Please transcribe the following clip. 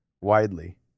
widely